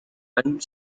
and